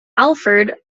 alford